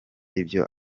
ibyo